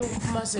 כלומר, מה זה?